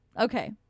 Okay